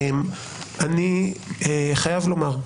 אני חייב לומר,